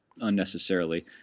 unnecessarily